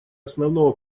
основного